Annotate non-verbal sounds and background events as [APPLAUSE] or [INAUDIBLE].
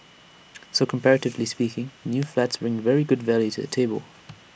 [NOISE] so comparatively speaking new flats bring very good value to the table